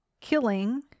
killing